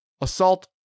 Assault